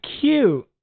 cute